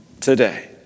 today